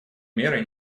меры